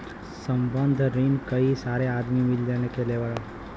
संबंद्ध रिन कई सारे आदमी मिल के लेवलन